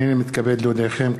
הנני מתכבד להודיעכם,